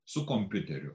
su kompiuteriu